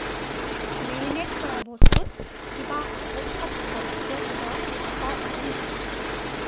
marinate কৰা বস্তুত কিবা উৎসৱ উপলক্ষে থকা অফাৰ আছে নেকি